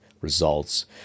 results